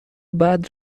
بعد